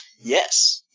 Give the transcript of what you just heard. Yes